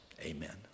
amen